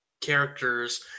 characters